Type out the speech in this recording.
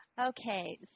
Okay